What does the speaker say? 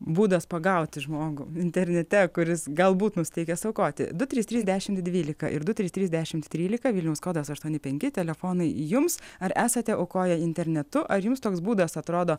būdas pagauti žmogų internete kuris galbūt nusiteikęs aukoti du trys trys dešimt dvylika ir du trys trys dešimt trylika vilniaus kodas aštuoni penki telefonai jums ar esate aukoję internetu ar jums toks būdas atrodo